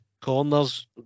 corners